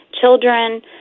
children